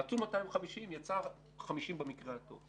רצו 250 מיליון שקלים ויצא שקיבלו 50 מיליון שקלים במקרה הטוב.